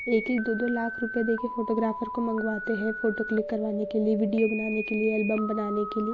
एक एक दो दो लाख रुपए देकर फोटोग्राफर को मँगवाते है फोटो क्लिक करवाने के लिए वीडियो बनाने के लिए एल्बम बनाने के लिए